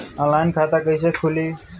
Online खाता कईसे खुलि?